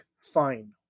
fine